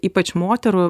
ypač moterų